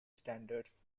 standards